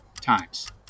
times